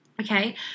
okay